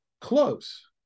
Close